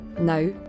Now